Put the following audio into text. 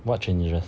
what changes